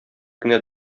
генә